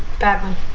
bad one